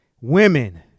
women